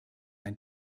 ein